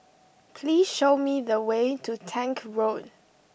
please show me the way to Tank Road